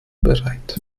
bereit